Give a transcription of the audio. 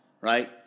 right